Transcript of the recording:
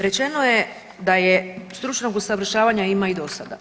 Rečeno je da stručnog usavršavanja ima i do sada.